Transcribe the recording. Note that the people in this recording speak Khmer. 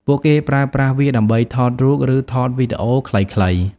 ពួកគេប្រើប្រាស់វាដើម្បីថតរូប ឬថតវីដេអូខ្លីៗ។